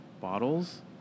bottles